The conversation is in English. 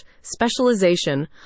specialization